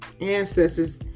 Ancestors